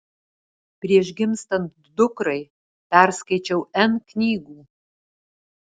prieš gimstant dukrai perskaičiau n knygų